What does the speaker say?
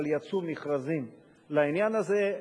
אבל יצאו מכרזים לעניין הזה.